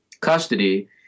custody